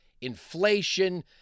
inflation